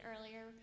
earlier